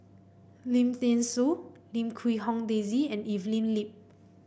Lim Thean Soo Lim Quee Hong Daisy and Evelyn Lip